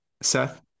seth